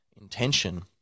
intention